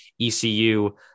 ECU